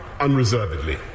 unreservedly